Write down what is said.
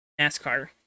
NASCAR